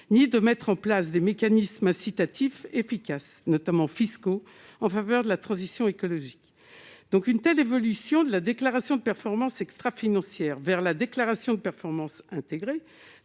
ni de mettre en place des mécanismes incitatifs efficace notamment fiscaux en faveur de la transition écologique donc une telle évolution de la déclaration de performance extra-financière vers la déclaration de performance intégrées